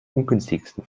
ungünstigsten